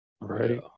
Right